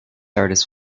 artists